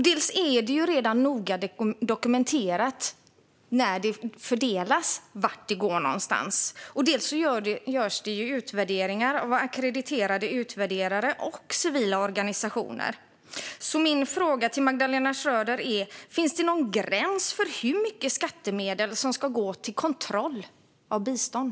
Dels dokumenteras det noga redan när de fördelas vart de går någonstans, dels görs det utvärderingar av ackrediterade utvärderare och civila organisationer. Min fråga till Magdalena Schröder är: Finns det någon gräns för hur mycket skattemedel som ska gå till kontroll av bistånd?